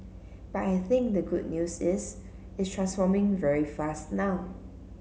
but I think the good news is it's transforming very fast now